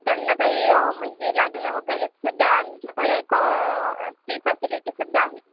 त्यांना काही म्हणजे लागलं वगैरे सुद्धा आमच्याकडे क ती फॅसिलिटी सुद्धा आहे